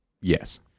Yes